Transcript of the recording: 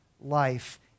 life